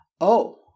Oh